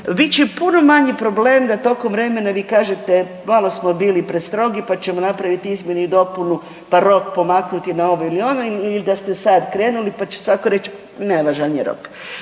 Bit će puno manji problem da tokom vremena vi kažete malo smo bili prestrogi pa ćemo napraviti izmjene i dopunu pa rok pomaknuti na ovo ili ono ili da ste sad krenuli pa će svako reć, nevažan je rok,